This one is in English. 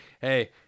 hey